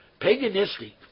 paganistic